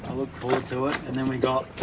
ah look forward to it and then we've got